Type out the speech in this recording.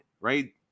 Right